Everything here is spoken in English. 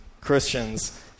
Christians